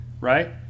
right